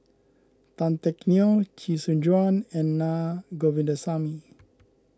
Tan Teck Neo Chee Soon Juan and Na Govindasamy